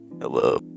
hello